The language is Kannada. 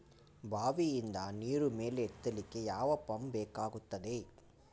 ಬಾವಿಯಿಂದ ನೀರು ಮೇಲೆ ಎತ್ತಲಿಕ್ಕೆ ಯಾವ ಪಂಪ್ ಬೇಕಗ್ತಾದೆ?